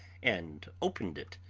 and opened it.